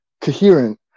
coherent